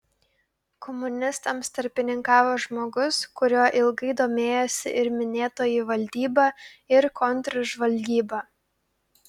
komunistams tarpininkavo žmogus kuriuo ilgai domėjosi ir minėtoji valdyba ir kontržvalgyba